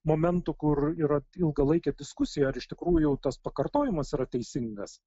momentų kur yra ilgalaikė diskusija ar iš tikrųjų tas pakartojimas yra teisingas